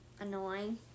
annoying